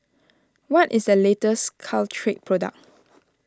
what is the latest Caltrate product